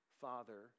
father